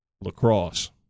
Lacrosse